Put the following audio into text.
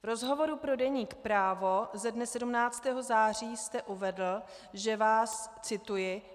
V rozhovoru pro deník Právo ze dne 17. září jste uvedl, že vás cituji